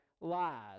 lies